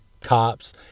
cops